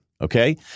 okay